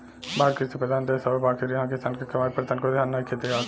भारत कृषि प्रधान देश हवे बाकिर इहा किसान के कमाई पर तनको ध्यान नइखे दियात